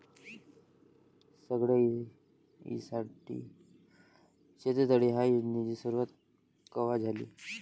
सगळ्याइसाठी शेततळे ह्या योजनेची सुरुवात कवा झाली?